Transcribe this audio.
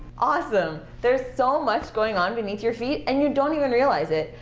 awesome. there's so much going on beneath your feet, and you don't even realize it.